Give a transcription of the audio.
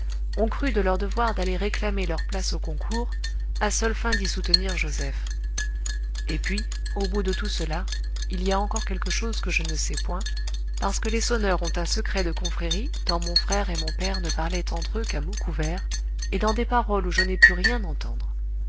ont cru de leur devoir d'aller réclamer leur place au concours à seules fins d'y soutenir joseph et puis au bout de tout cela il y a encore quelque chose que je ne sais point parce que les sonneurs ont un secret de confrérie dont mon frère et mon père ne parlaient entre eux qu'à mots couverts et dans des paroles où je n'ai pu rien entendre